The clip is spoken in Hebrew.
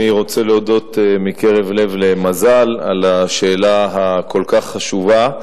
אני רוצה להודות מקרב לב למזל על השאלה הכל-כך חשובה,